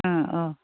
ओ औ